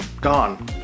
gone